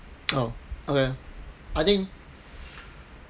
oh okay I think